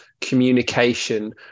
communication